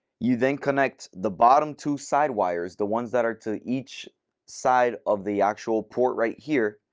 you then connect the bottom two side wires, the ones that are to each side of the actual port right here.